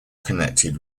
connected